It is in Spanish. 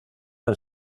han